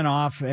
off